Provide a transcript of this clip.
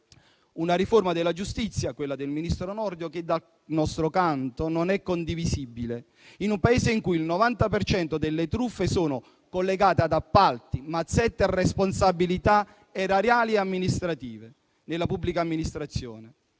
una riforma della giustizia, quella del ministro Nordio, che dal nostro canto non è condivisibile, in un Paese in cui il 90 per cento delle truffe sono collegate ad appalti, mazzette e responsabilità erariali e amministrative nella pubblica amministrazione.